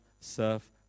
serve